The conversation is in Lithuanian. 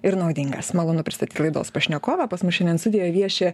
ir naudingas malonu pristatyt laidos pašnekovą pas mus šiandien studijoj vieši